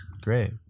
Great